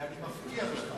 כי אני מבטיח לך